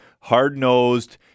hard-nosed